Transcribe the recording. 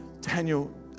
Daniel